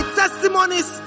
testimonies